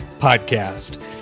Podcast